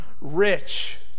rich